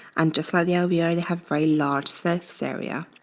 and just like the alveoli, and have very large surface area.